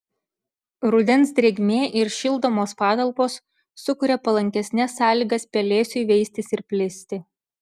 rudens drėgmė ir šildomos patalpos sukuria palankesnes sąlygas pelėsiui veistis ir plisti